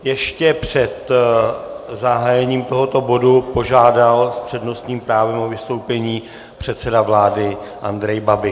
Ještě před zahájením tohoto bodu požádal s přednostním právem o vystoupení předseda vlády Andrej Babiš.